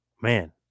man